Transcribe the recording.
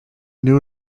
new